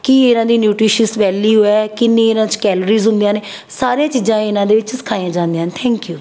ਕੀ ਇਹਨਾਂ ਦੀ nutritious value ਹੈ ਕਿੰਨੀ ਇਹਨਾਂ 'ਚ ਕੈਲਰੀਜ਼ ਹੁੰਦੀਆਂ ਨੇ ਸਾਰੀਆਂ ਚੀਜ਼ਾਂ ਇਹਨਾਂ ਦੇ ਵਿੱਚ ਸਿਖਾਈਆਂ ਜਾਂਦੀਆਂ ਹਨ ਥੈਂਕ ਯੂ